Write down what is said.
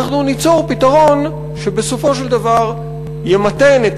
אנחנו ניצור פתרון שבסופו של דבר ימתן את